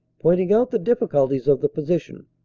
pointing out the difficulties of the position,